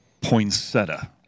Poinsettia